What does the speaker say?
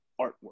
artwork